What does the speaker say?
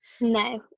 no